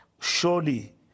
surely